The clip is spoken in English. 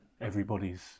everybody's